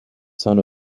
son